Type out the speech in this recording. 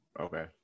Okay